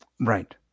Right